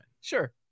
Sure